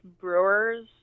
brewers